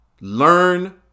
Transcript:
Learn